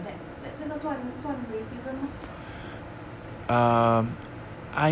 like that 这个算这个算算 racism 吗